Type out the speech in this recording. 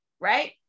right